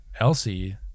Elsie